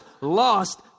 lost